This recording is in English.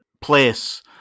place